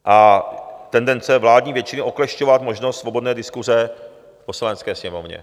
A tendence vládní většiny oklešťovat možnost svobodné diskuse v Poslanecké sněmovně.